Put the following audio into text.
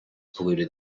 polluted